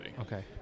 Okay